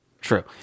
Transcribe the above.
True